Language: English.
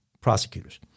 prosecutors